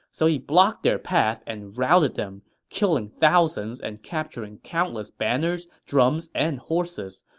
so he blocked their path and routed them, killing thousands and capturing countless banners, drums, and horses,